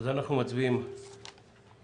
אנחנו מצביעים על שנה.